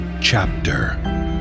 chapter